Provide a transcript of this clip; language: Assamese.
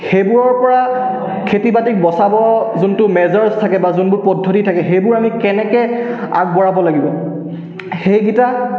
সেইবোৰৰ পৰা খেতি বাতিক বচাব যোনটো মেজাৰ্ছ থাকে বা যোনবোৰ পদ্ধতি থাকে সেইবোৰ আমি কেনেকৈ আগবঢ়াব লাগিব সেইকেইটা